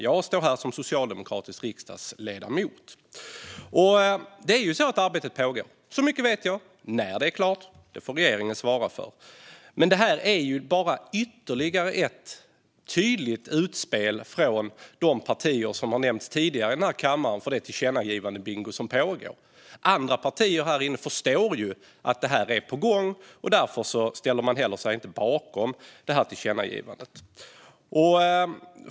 Jag står här som socialdemokratisk riksdagsledamot. Arbetet pågår; så mycket vet jag. När det är klart får regeringen svara på. Men detta är bara ytterligare ett tydligt utspel från de partier som har nämnts tidigare här i kammaren när det gäller den tillkännagivandebingo som pågår. Andra partier här inne förstår ju att detta är på gång, och därför ställer de sig inte bakom förslaget till tillkännagivande.